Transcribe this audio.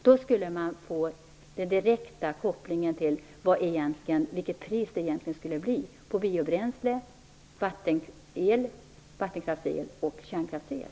Då skulle man få den direkta kopplingen på vilket pris det blir på biobränsle, vattenkraftsel och kärnkraftsel.